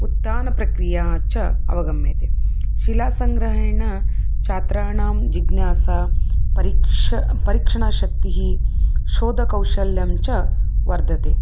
उत्थानप्रक्रिया च अवगम्यते शिलासङ्ग्रहणेन छात्राणां जिज्ञासा परीक्षा परीक्षणाशक्तिः शोधकौशल्यं च वर्धते